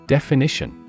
Definition